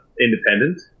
independent